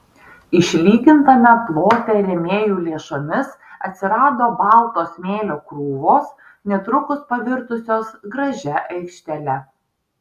išlygintame plote rėmėjų lėšomis atsirado balto smėlio krūvos netrukus pavirtusios gražia aikštele